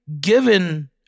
given